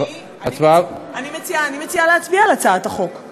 אני מציעה להצביע על הצעת החוק.